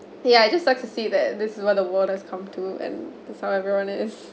ya it's just sucks to see that this is what the world has come to and this how everyone is